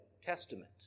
Testament